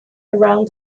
around